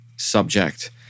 subject